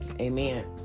Amen